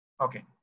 Okay